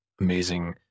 amazing